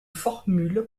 formule